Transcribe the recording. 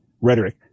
rhetoric